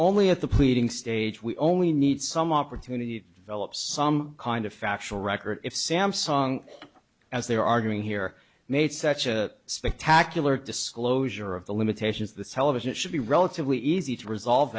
only at the pleading stage we only need some opportunity elop some kind of factual record if sam song as they're arguing here made such a spectacular disclosure of the limitations of the television it should be relatively easy to resolve